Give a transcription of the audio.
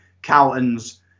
Calton's